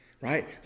right